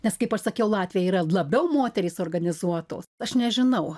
nes kaip aš sakiau latviai yra labiau moterys organizuotos aš nežinau